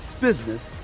business